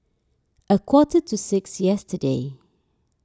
a quarter to six yesterday